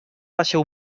deixeu